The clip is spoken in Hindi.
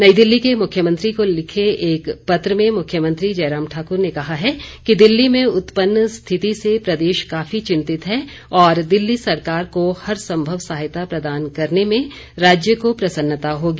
नई दिल्ली के मुख्यमंत्री को लिखे एक पत्र में मुख्यमंत्री जयराम ठाक्र ने कहा है कि दिल्ली में उत्पन्न स्थिति से प्रदेश काफी चिंतित है और दिल्ली सरकार को हर संभव सहायता प्रदान करने में राज्य को प्रसन्नता होगी